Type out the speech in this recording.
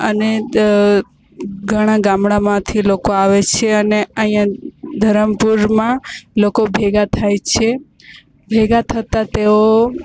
અને ઘણા ગામડામાંથી લોકો આવે છે અને અહીંયા ધરમપુરમાં લોકો ભેગા થાય છે ભેગા થતા તેઓ